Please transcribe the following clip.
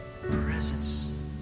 presence